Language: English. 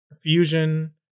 fusion